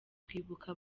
kwibuka